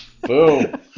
Boom